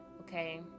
Okay